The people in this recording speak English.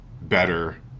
better